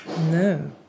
No